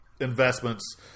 investments